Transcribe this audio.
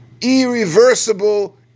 irreversible